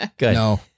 No